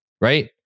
right